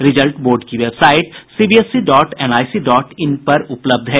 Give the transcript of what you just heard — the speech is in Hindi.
रिजल्ट बोर्ड की website CBSE dot NIC dot in पर उपलब्ध है